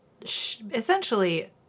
essentially